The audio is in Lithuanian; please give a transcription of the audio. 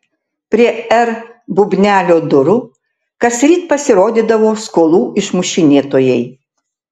prie r bubnelio durų kasryt pasirodydavo skolų išmušinėtojai